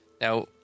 Now